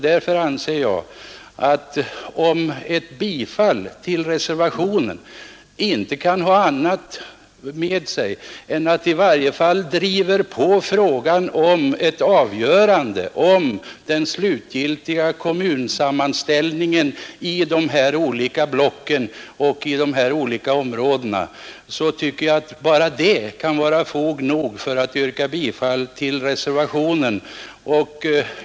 Därför anser jag att om ett bifall till reservationen inte kan ha annat med sig än att det i varje fall driver på avgörandet om den slutgiltiga kommunsammanställningen i de olika blocken och de olika områdena, så tycker jag att bara det kan vara fog nog för att yrka bifall till reservationen.